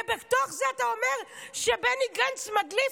ובתוך זה אתה אומר שבני גנץ מדליף.